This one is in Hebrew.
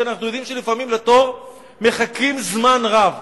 כי אנחנו יודעים שלפעמים מחכים לתור זמן רב,